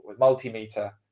multimeter